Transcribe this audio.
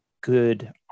good